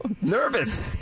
Nervous